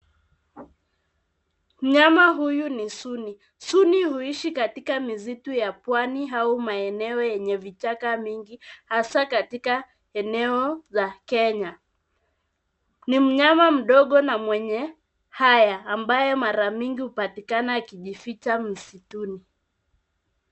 Mnyama huyu ni suni. Suni huishi katika misitu ya pwani au maeneo yenye vichaka vingi, hasa katika maeneo ya Kenya. Ni mnyama mdogo na mwenye haya ambaye mara nyingi hupatikana akiwa amejificha msituni.